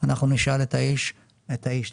אנחנו נשאל את האיש,